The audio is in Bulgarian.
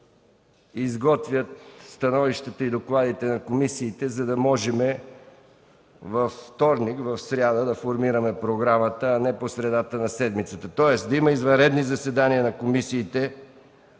изготвят становищата и докладите на комисиите, за да можем във вторник-сряда да формираме програмата, а не по средата на седмицата, тоест да има извънредни заседания на комисиите,